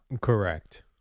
Correct